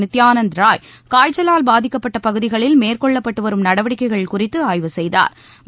நித்யானந் ராய் காய்ச்சலால் பாதிக்கப்பட்ட பகுதிகளில் மேற்கொள்ளப்பட்டு வரும் நடவடிக்கைகள் குறித்து ஆய்வு செய்தாா்